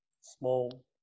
small